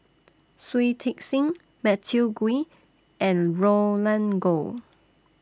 Shui Tit Sing Matthew Ngui and Roland Goh